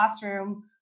classroom